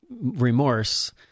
remorse